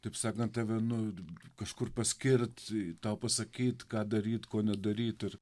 taip sakant tave nu kažkur paskirt tau pasakyt ką daryt ko nedaryt ir